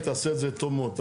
היא תעשה את זה טוב מאוד.